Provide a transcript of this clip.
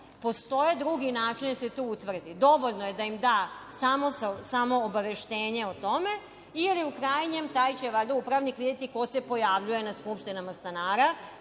postoje drugi načini da se to utvrdi. Dovoljno je da im da samo obaveštenje o tome ili, u krajnjem, taj će valjda upravnik videti ko se pojavljuje na skupštinama stanara